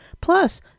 Plus